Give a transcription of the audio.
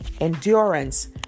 endurance